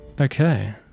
Okay